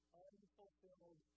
unfulfilled